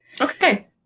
Okay